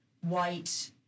white